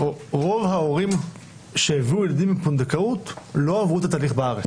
רוב ההורים שהביאו ילדים מפונדקאות לא עברו את התהליך בארץ,